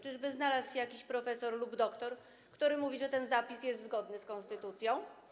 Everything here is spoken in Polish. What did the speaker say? Czyżby znalazł się jakiś profesor lub doktor, który mówi, że ten zapis jest zgodny z konstytucją?